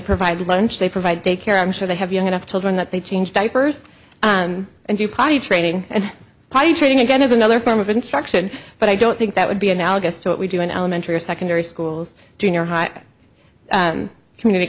provide lunch they provide daycare i'm sure they have young enough to learn that they change diapers and you potty training and potty training again is another form of instruction but i don't think that would be analogous to what we do in elementary secondary schools junior high community